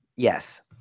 yes